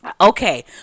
okay